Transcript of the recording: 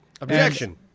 objection